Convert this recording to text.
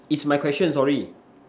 is my question sorry